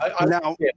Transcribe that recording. now